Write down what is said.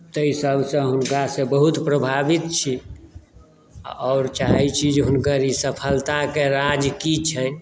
ताहि सभसँ हुनकासँ बहुत प्रभावित छी आओर चाहैत छी जे हुनकर ई सफलताके राज की छनि